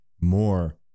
more